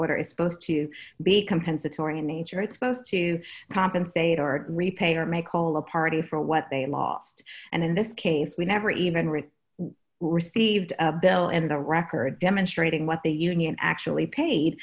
order is supposed to be compensatory in nature it's supposed to compensate or repay or may call a party for what they lost and in this case we never even read received a bill in the record demonstrating what the union actually paid